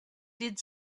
did